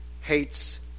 hates